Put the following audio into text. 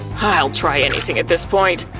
i'll try anything at this point.